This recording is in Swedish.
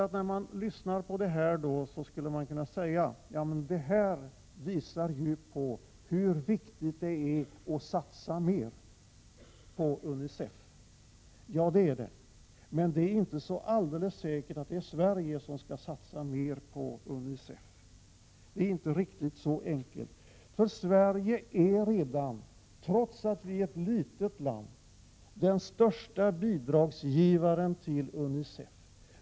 Den som lyssnat på vad som här har sagts kan naturligtvis säga att detta visar hur viktigt det är att vi satsar mer på UNICEF. Ja, det är viktigt. Men det är inte så alldeles säkert att det är Sverige som skall satsa mer på UNICEF. Det är inte riktigt så enkelt. Sverige är redan, trots att Sverige är ett litet land, den största bidragsgivaren till UNICEF.